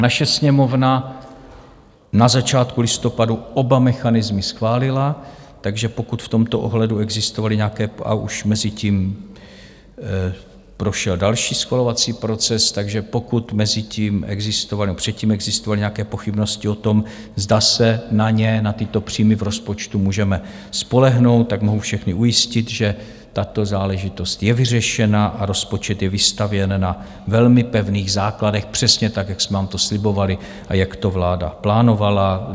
Naše Sněmovna na začátku listopadu oba mechanismy schválila, takže pokud v tomto ohledu existovaly nějaké a už mezitím prošel další schvalovací proces takže pokud mezitím nebo předtím existovaly nějaké pochybnosti o tom, zda se na ně, na tyto příjmy, v rozpočtu můžeme spolehnout, tak mohu všechny ujistit, že tato záležitost je vyřešena a rozpočet je vystavěn na velmi pevných základech přesně tak, jak jsme vám to slibovali a jak to vláda plánovala.